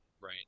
Right